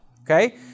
Okay